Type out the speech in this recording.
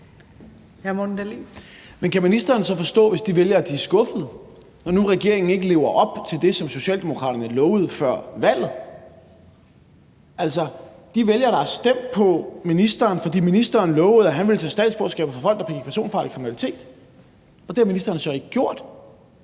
Men kan ministeren så forstå, hvis de vælgere bliver skuffet, når nu regeringen ikke lever op til det, som Socialdemokraterne lovede før valget, altså de vælgere, der stemte på ministeren, fordi ministeren lovede at tage statsborgerskabet fra personer, der begik personfarlig kriminalitet? Og det har ministeren så ikke gjort.